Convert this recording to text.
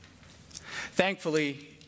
Thankfully